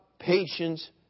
patience